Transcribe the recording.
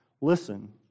listen